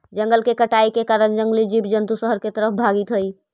जंगल के कटाई के कारण जंगली जीव जंतु शहर तरफ भागित हइ